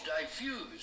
diffused